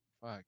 Fuck